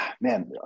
Man